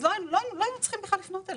אז לא היינו צריכים בכלל לפנות אליהם.